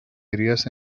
areas